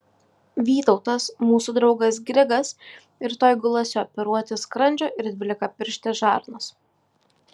vytautas mūsų draugas grigas rytoj gulasi operuoti skrandžio ir dvylikapirštės žarnos